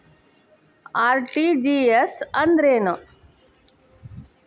RTGS ಅಂದ್ರೇನು?